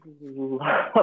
love